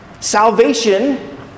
Salvation